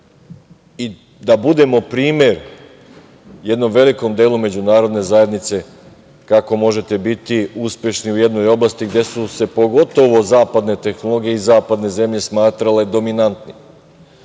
i da budemo primer jednom velikom delu međunarodne zajednice kako možete biti uspešni u jednoj oblasti gde su se pogotovo zapadne tehnologije i zapadne zemlje smatrale dominantnim. Kao